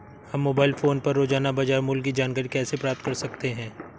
हम mobile phone पर रोजाना बाजार मूल्य की जानकारी कैसे प्राप्त कर सकते हैं?